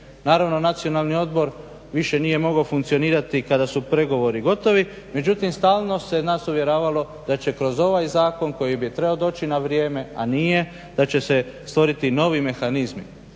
Naravno Nacionalni odbor više nije mogao funkcionirati kada su pregovori gotovi, međutim stalno se nas uvjeravalo da će kroz ovaj zakon koji je trebao doći na vrijeme, a nije, da će se stvoriti novi mehanizmi.